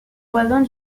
voisins